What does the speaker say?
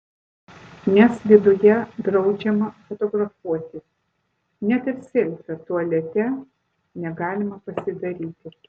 nes viduje draudžiama fotografuoti net ir selfio tualete negalima pasidaryti